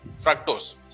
fructose